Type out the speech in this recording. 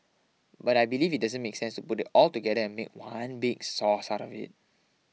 but I believe it doesn't make sense to put it all together and make one big sauce out of it